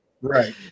Right